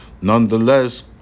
Nonetheless